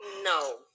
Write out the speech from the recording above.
No